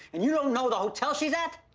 and you don't know the hotel she's at?